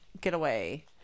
getaway